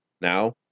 Now